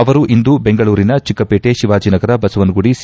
ಅವರು ಇಂದು ಬೆಂಗಳೂರಿನ ಚಿಕ್ಕಪೇಟೆ ಶಿವಾಜಿನಗರ ಬಸವನಗುಡಿ ಸಿ